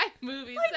movies